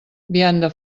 vianda